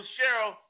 Cheryl